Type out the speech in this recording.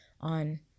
on